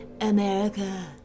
America